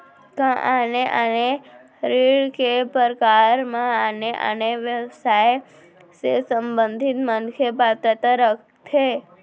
का आने आने ऋण के प्रकार म आने आने व्यवसाय से संबंधित मनखे पात्रता रखथे?